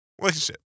relationship